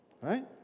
Right